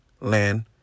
land